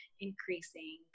increasing